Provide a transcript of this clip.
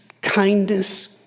kindness